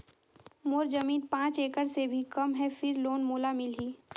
मोर जमीन पांच एकड़ से भी कम है फिर लोन मोला मिलही?